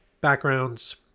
backgrounds